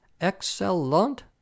excellent